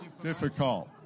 difficult